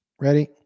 ready